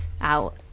out